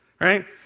Right